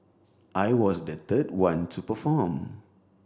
I was the third one to perform